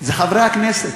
זה חברי הכנסת,